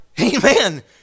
Amen